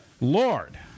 Lord